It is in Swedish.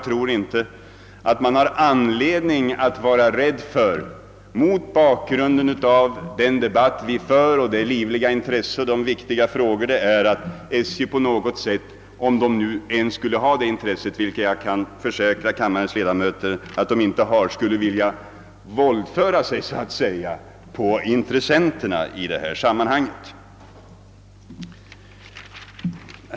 Den debatt som har förts och det livliga intresse som har visats dessa frågor garanterar att SJ inte kommer att så att säga våldföra sig på i intressenterna — vilket jag för övrigt är övertygad om att företaget under inga förhållanden skulle ha gjort.